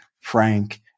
Frank